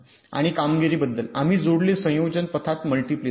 आणि कामगिरीबद्दल आम्ही जोडले संयोजन पथात मल्टीप्लेसर